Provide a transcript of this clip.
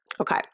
Okay